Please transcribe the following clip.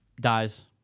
dies